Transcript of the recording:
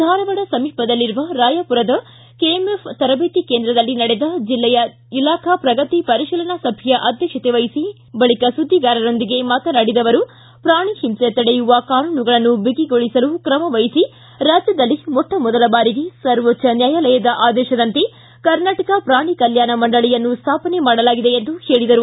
ಧಾರವಾಡ ಸಮೀಪದಲ್ಲಿರುವ ರಾಯಾಪುರದ ಕೆಎಂಎಫ್ ತರಬೇತಿ ಕೇಂದ್ರದಲ್ಲಿ ನಡೆದ ಜಿಲ್ಲೆಯ ಇಲಾಖಾ ಪ್ರಗತಿ ಪರಿಶೀಲನಾ ಸಭೆಯ ಅಧ್ಯಕ್ಷತೆ ವಹಿಸಿ ಬಳಕ ಸುದ್ಗಿಗಾರರೊಂದಿಗೆ ಮಾತನಾಡಿದ ಅವರು ಪೂಣಿ ಹಿಂಸೆ ತಡೆಯುವ ಕಾನೂನುಗಳನ್ನು ಬಿಗಿಗೊಳಿಸಲು ಕ್ರಮವಹಿಸಿ ರಾಜ್ಯದಲ್ಲಿ ಮೊಟ್ಟ ಮೊದಲ ಬಾರಿ ಸರ್ಕೋಚ್ದ ನ್ಯಾಯಾಲಯದ ಆದೇಶದಂತೆ ಕರ್ನಾಟಕ ಪ್ರಾಣಿಕಲ್ಕಾಣ ಮಂಡಳಿಯನ್ನು ಸ್ಥಾಪನೆ ಮಾಡಲಾಗಿದೆ ಎಂದು ಹೇಳಿದರು